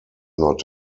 not